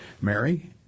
Mary